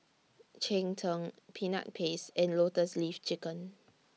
Cheng Tng Peanut Paste and Lotus Leaf Chicken